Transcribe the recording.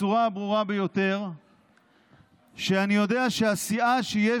בצורה הברורה ביותר שאני יודע שהסיעה שיש